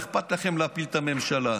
ואכפת לכם להפיל את הממשלה.